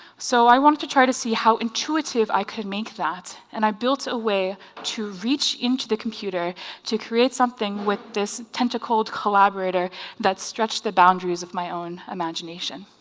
so i wanted to try to see how intuitive i could make that and i built a way to reach into the computer to create something with this tentacled collaborator that stretched the boundaries of my own imagination.